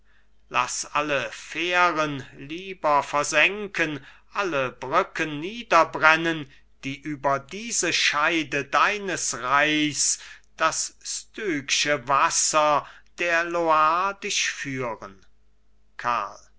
laß alle fähren lieber versenken alle brücken niederbrennen die über diese scheide deines reichs das stygsche wasser der loire dich führen karl